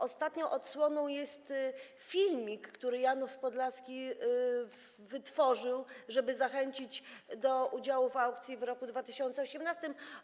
Ostatnią odsłoną jest filmik, który Janów Podlaski stworzył, żeby zachęcić do udziału w aukcji w roku 2018.